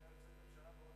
היתה תוצאה מעניינת.